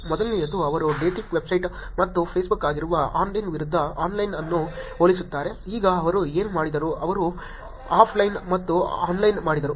ಮೊದಲನೆಯದು ಅವರು dating website ಮತ್ತು ಫೇಸ್ಬುಕ್ ಆಗಿರುವ ಆನ್ಲೈನ್ ವಿರುದ್ಧ ಆನ್ಲೈನ್ ಅನ್ನು ಹೋಲಿಸುತ್ತಾರೆ ಈಗ ಅವರು ಏನು ಮಾಡಿದರು ಅವರು ಆಫ್ಲೈನ್ ಮತ್ತು ಆನ್ಲೈನ್ ಮಾಡಿದರು